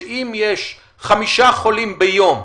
שאם יש חמישה חולים ביום,